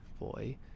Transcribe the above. boy